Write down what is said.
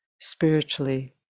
spiritually